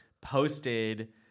posted